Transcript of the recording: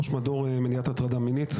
ראש מדור למניעת הטרדה מינית,